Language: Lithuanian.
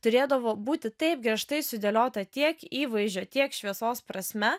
turėdavo būti taip griežtai sudėliota tiek įvaizdžio tiek šviesos prasme